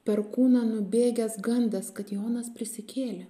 per kūną nubėgęs gandas kad jonas prisikėlė